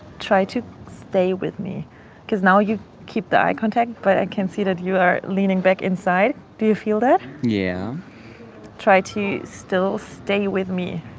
try to stay with me because now you keep the eye contact. but i can see that you are leaning back inside. do you feel that? yeah try to still stay with me.